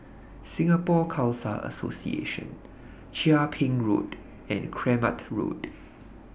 Singapore Khalsa Association Chia Ping Road and Kramat Road